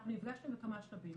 אנחנו נפגשנו בכמה שלבים.